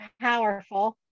powerful